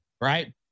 right